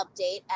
update